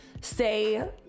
say